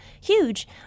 huge